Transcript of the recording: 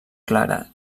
clara